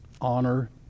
Honor